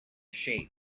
shape